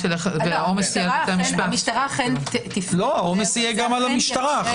העומס יהיה גם על המשטרה.